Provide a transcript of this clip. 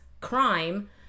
crime